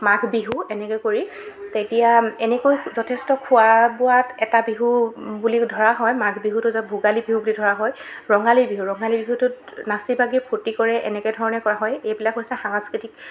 মাঘ বিহু এনেকৈ কৰি তেতিয়া এনেকৈ যথেষ্ট খোৱা বোৱাত এটা বিহু বুলি ধৰা হয় মাঘ বিহুটো য'ত ভোগালী বিহু বুলি ধৰা হয় ৰঙালী বিহু ৰঙালী বিহুটোত নাচি বাগি ফূৰ্তি কৰে এনেকৈ ধৰণে কৰা হয় এইবিলাক হৈছে সাংস্কৃতিক